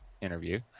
interview